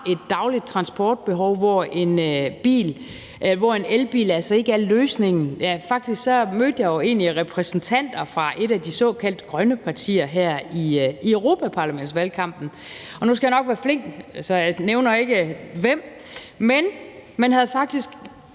et dagligt transportbehov, hvor en elbil altså ikke er løsningen. Faktisk mødte jeg egentlig repræsentanter fra et af de såkaldt grønne partier her i europaparlamentsvalgkampen. Nu skal jeg nok være flink, så jeg nævner ikke hvem, men man havde faktisk